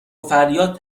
فریاد